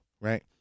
Right